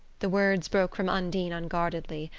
the words broke from undine unguardedly,